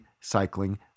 cycling